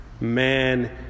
man